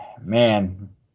man